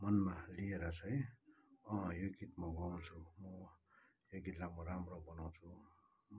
मनमा लिएर चाहिँ अँ यो गीत म गाउँछु म यो गीतलाई म राम्रो बनाउँछु